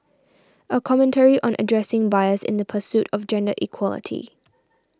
a commentary on addressing bias in the pursuit of gender equality